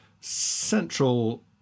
central